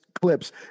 clips